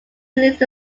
released